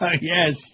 Yes